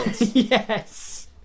Yes